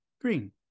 green